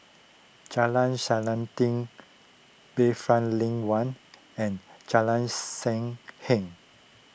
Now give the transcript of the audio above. Jalan Selanting Bayfront Lane one and Jalan Sam Heng